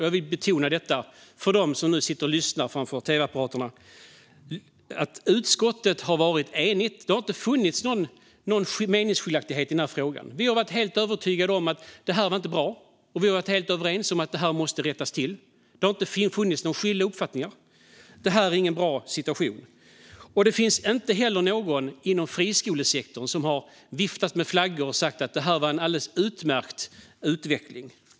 Jag vill betona, för dem som nu sitter framför tv-apparaterna och tittar på debatten, att utskottet har varit enigt. Det har inte funnits några meningsskiljaktigheter i frågan. Vi har varit helt övertygade om att det inte blev bra, och vi har varit överens om att det måste rättas till. Det har inte funnits några skilda uppfattningar. Det är inte en bra situation. Det finns inte heller någon inom friskolesektorn som har viftat med flaggor och sagt att det var en alldeles utmärkt utveckling.